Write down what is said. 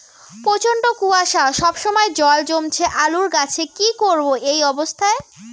প্রচন্ড কুয়াশা সবসময় জল জমছে আলুর গাছে কি করব এই অবস্থায়?